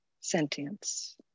Sentience